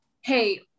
hey